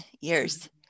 years